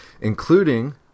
including